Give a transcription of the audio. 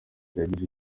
yagize